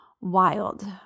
wild